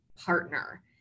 partner